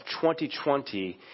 2020